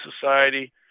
society